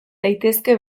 daitezke